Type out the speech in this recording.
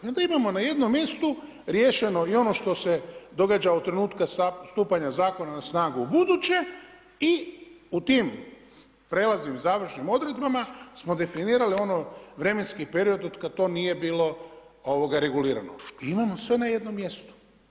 I onda imamo na jednom mjestu riješeno i ono što se događa u trenutku stupanja zakona na snagu ubuduće, i u tim prelaznim i završnim odredbama smo definirali ono, vremenski period otkad to nije bilo regulirano i imamo sve na jednom mjesto.